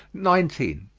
nineteen.